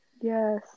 yes